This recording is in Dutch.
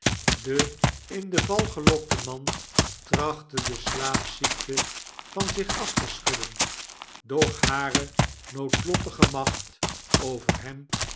de in de val gelokte man trachtte de slaapziekte van zich af te schudden doch hare noodlottige macht over hem